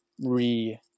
re-